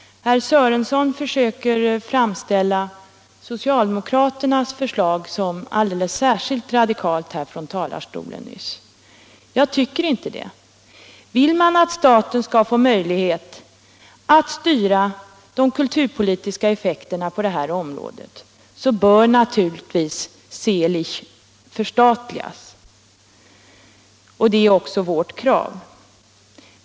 Herr Sörenson försökte härifrån talarstolen framställa socialdemokraternas förslag som alldeles särskilt radikalt. Jag tycker inte att det är radikalt. Vill man att staten skall få möjlighet att styra de kulturpolitiska effekterna på det här området, bör naturligtvis Seelig förstatligas, och det är också vårt krav.